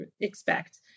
expect